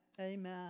amen